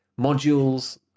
modules